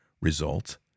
result